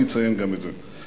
אני אציין גם את זה.